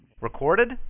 recorded